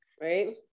right